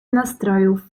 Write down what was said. nastrojów